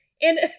And-